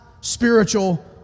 spiritual